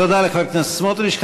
תודה לחבר הכנסת סמוטריץ.